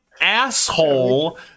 asshole